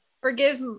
forgive